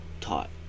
taught